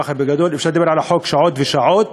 ככה בגדול אפשר לדבר על החוק שעות ושעות,